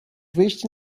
wyjść